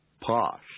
Posh